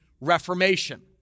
Reformation